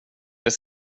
vill